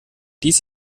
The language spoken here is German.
dies